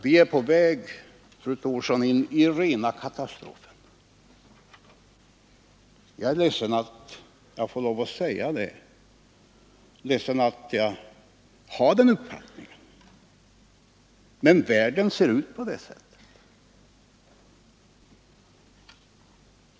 Vi är på väg, fru Thorsson, in i rena katastrofen. Jag är ledsen att behöva säga det, ledsen att jag har den uppfattningen, men världen ser ut på det sättet.